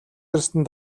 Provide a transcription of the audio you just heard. ирсэн